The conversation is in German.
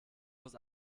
muss